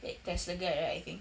that Tesla guy right I think